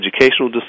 educational